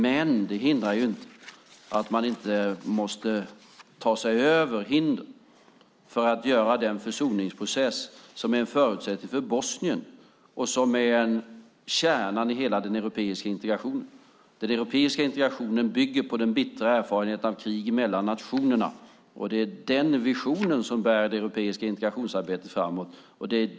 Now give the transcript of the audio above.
Det innebär emellertid inte att man inte måste ta sig över hinder för att genomföra den försoningsprocess som är en förutsättning för Bosnien och kärnan i hela den europeiska integrationen. Den europeiska integrationen bygger på den bittra erfarenheten av krig mellan nationerna, och det är den visionen som bär det europeiska integrationsarbetet framåt.